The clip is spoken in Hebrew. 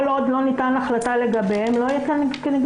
כל עוד לא ניתנה החלטה לגביהן לא נפעל